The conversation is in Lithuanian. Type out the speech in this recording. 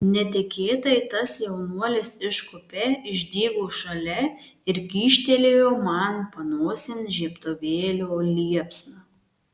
netikėtai tas jaunuolis iš kupė išdygo šalia ir kyštelėjo man panosėn žiebtuvėlio liepsną